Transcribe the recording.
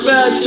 Bad